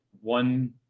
one